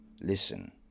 listen